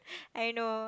I know